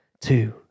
two